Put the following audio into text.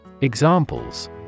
Examples